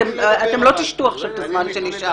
אתם לא תשתו עכשיו את הזמן שנשאר.